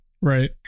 Right